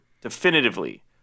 definitively